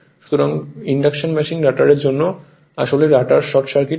সুতরাং induction machine রটারের জন্য আসলে রটার শর্ট সার্কিট হয়